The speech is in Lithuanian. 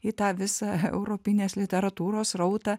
į tą visą europinės literatūros srautą